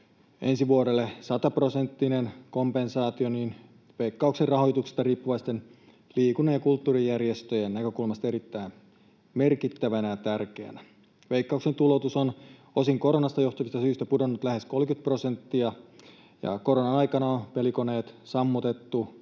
ensi vuodelle 100‑prosenttinen kompensaatio, Veikkauksen rahoituksesta riippuvaisten liikunta- ja kulttuurijärjestöjen näkökulmasta erittäin merkittävänä ja tärkeänä. Veikkauksen tuloutus on osin koronasta johtuvista syistä pudonnut lähes 30 prosenttia ja koronan aikana pelikoneet sammutettu